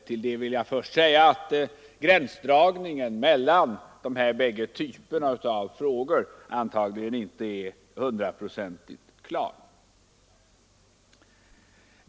Till det vill jag först säga att gränsdragningen mellan dessa båda typer av frågor antagligen inte är hundraprocentigt klar.